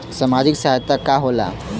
सामाजिक सहायता का होला?